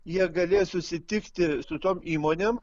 jie galės susitikti su tom įmonėm